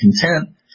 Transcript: content